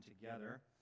together